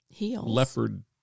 leopard